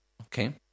Okay